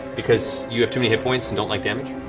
because you have too many hit points and don't like damage.